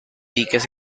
diques